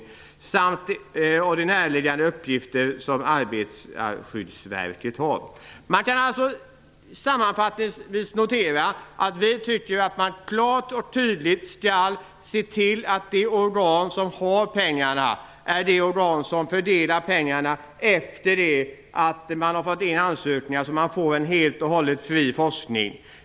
Dessutom gäller det näraliggande uppgifter som Arbetarskyddsverket har. Sammanfattningsvis tycker vi att man klart och tydligt skall se till att det organ som har pengarna också är det organ som fördelar pengarna efter det att ansökningar kommit in, så att man får en helt och hållet fri forskning.